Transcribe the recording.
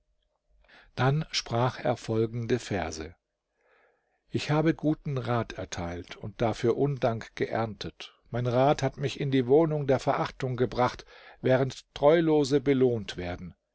dann sprach er folgende verse ich habe guten rat erteilt und dafür undank geerntet mein rat hat mich in die wohnung der verachtung gebracht während treulose belohnt werden